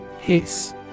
Hiss